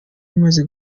imaze